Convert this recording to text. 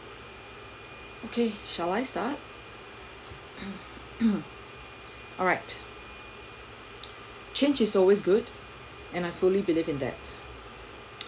okay shall I start alright change is always good and I fully believe in that